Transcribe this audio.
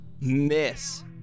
Miss